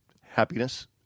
happiness